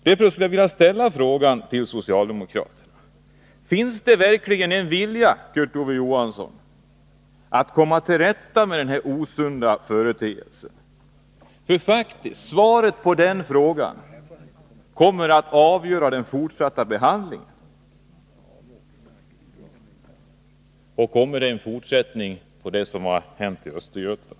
Den fråga man vill ställa till socialdemokraterna är: Finns det en vilja att inom en mycket snar framtid komma till rätta med den här osunda företeelsen? Svaret på detta kommer faktiskt att avgöra den fortsatta behandlingen av denna fråga och om det kommer en fortsättning på det som har hänt i Östergötland.